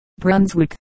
Brunswick